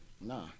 Nah